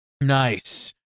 Nice